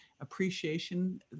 appreciation